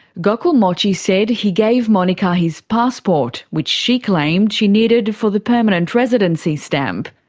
gokul mochi said he gave monika his passport, which she claimed she needed for the permanent residency stamp.